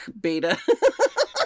beta